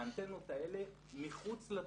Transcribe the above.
האנטנות האלה מחוץ לתוכנית,